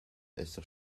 esser